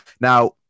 Now